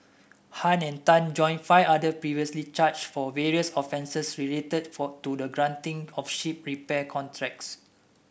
Han and Tan join five others previously charged for various offences related for to the granting of ship repair contracts